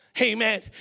Amen